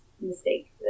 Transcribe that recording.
mistake